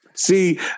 See